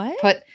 put